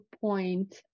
point